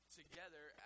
together